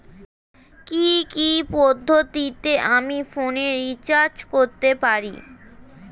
কি কি পদ্ধতিতে আমি ফোনে রিচার্জ করতে পারি?